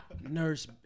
Nurse